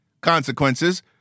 consequences